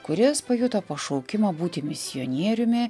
kuris pajuto pašaukimą būti misionieriumi